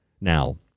now